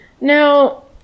Now